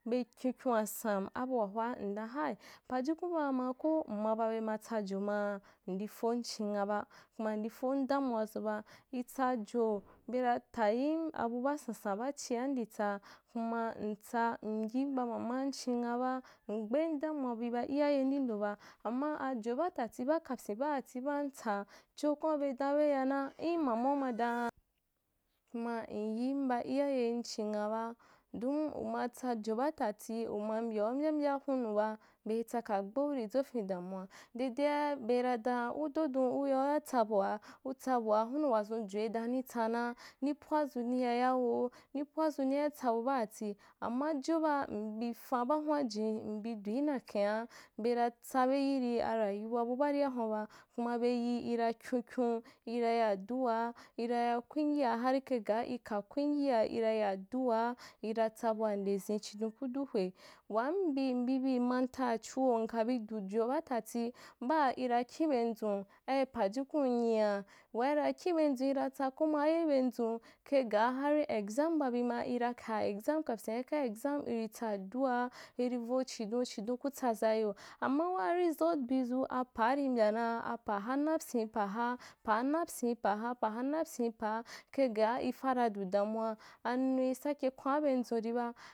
Be kinkyon’a sam, abua hwa n dan hai, pajukun baa hawa ko m ma ba be matsa jo maa-ndi fom chinghaba, kuma ndi fom damuwa zun ba, itsaji, bera tayim abu baa sansan baa chia nditsa, kuma ntsa naim ba mama chinghaba, ngbem damuwa bi ba iyayem kindo ba, amma ajo baa kapyim baa tati baa ntsa, chokwaǹu bei dan be yana, in mau ma dan, kuma in yim ba iyayen chinghaba, don umatsa jo baa tafi, uma mbyau mbya mbya hunnu baa, bei tsakaa gbeu dwofeu damuwa, dedea beira dan udodun uyau yatsa buaha utsa bu hunnu wazu a jo i dan nitsana, ni pwazu ni ya yawo, ni pwazu niya tsabubaati, amma jo baa mbi fan baa hun’a jin mbidui inyakhen’a, bera tsabe yirī arayuwa bu baarìa hun’a ba, kuma be yi ira kyonkyon, ira ya dua, ira ya kungiya har kai gaa ika kungiya ira ya dua, iratsa bua nde zin chidon kudu hwe, wambi ndibi manta chuho nka bu du jo baa tati baa ina kin ben zun, ai pajukun nyia wa ira kin ben zun iratsa ko maye ibea zuu kai gaa hari exam ma bi ma ira ka exam kapyin’a ika exam iritsa dua, irí vo chidon – chidon kutsazaiyo amma waa result bi zu paa rimbya dan apgha napyía paha pahe napyia paha – paha napyin paha kai gaa ifara du damuwa, anui sake kwanbeh zun riba.